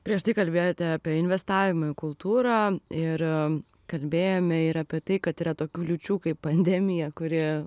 prieš tai kalbėjote apie investavimą į kultūrą ir kalbėjome ir apie tai kad yra tokių liūčių kaip pandemija kuri